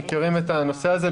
הם מכירים את הנושא הזה,